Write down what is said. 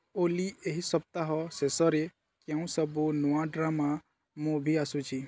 ଓଲି ଏହି ସପ୍ତାହ ଶେଷରେ କେଉଁ ସବୁ ନୂଆ ଡ୍ରାମା ମୁଭି ଆସୁଛି